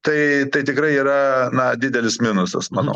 tai tai tikrai yra na didelis minusas manau